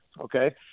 Okay